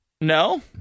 No